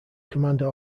commander